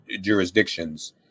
jurisdictions